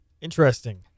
Interesting